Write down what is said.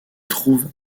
trouve